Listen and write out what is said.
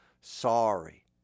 sorry